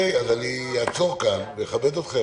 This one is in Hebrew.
אני אעצור כאן ואכבד אתכם.